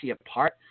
apart